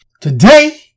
Today